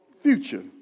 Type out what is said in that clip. future